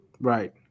right